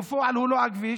בפועל הוא לא על כביש,